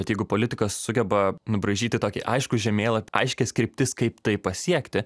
bet jeigu politikas sugeba nubraižyti tokį aiškų žemėlapį aiškias kryptis kaip tai pasiekti